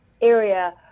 Area